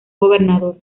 gobernador